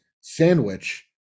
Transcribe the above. sandwich